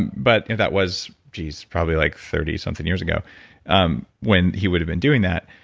but that was, geez, probably like thirty something years ago um when he would have been doing that.